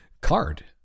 card